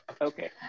Okay